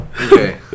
Okay